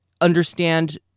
understand